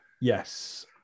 Yes